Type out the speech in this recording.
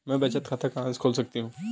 मैं बचत खाता कहां खोल सकती हूँ?